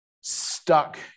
stuck